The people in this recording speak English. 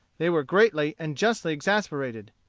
they were greatly and justly exasperated.